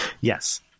Yes